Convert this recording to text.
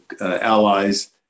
allies